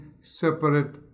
separate